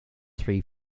three